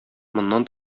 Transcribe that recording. моннан